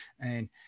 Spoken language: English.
and-